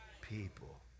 people